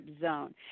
zone